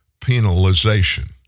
penalization